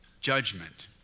judgment